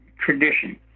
tradition